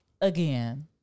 again